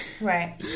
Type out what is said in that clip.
right